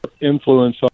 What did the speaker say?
influence